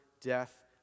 death